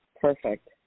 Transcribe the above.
perfect